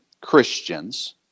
Christians